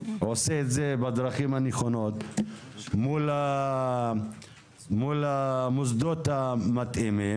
עושה זאת בדרכים הנכונות מול המוסדות המתאימים